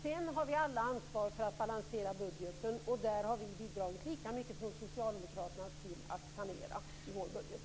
Vi har alla ansvar för att balansera budgeten. Vi har bidragit lika mycket som Socialdemokraterna till att sanera i vår budget.